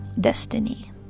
destiny